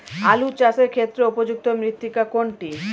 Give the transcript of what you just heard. আলু চাষের ক্ষেত্রে উপযুক্ত মৃত্তিকা কোনটি?